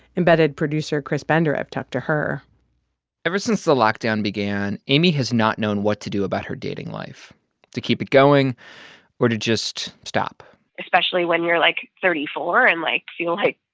embedded producer chris benderev talked to her ever since the lockdown began, amy has not known what to do about her dating life to keep it going or to just stop especially when you're, like, thirty four and, like, you have, like,